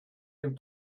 dem